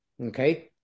Okay